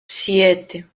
siete